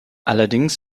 allerdings